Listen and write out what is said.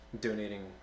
donating